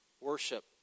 worship